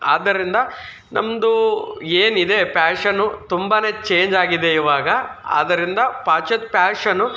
ಆದ್ದರಿಂದ ನಮ್ಮದು ಏನಿದೆ ಪ್ಯಾಶನು ತುಂಬಾ ಚೇಂಜಾಗಿದೆ ಇವಾಗ ಆದ್ದರಿಂದ ಪಾಶ್ಚಾತ್ಯ ಪ್ಯಾಶನು